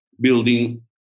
building